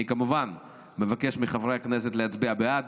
אני כמובן מבקש מחברי הכנסת להצביע בעד,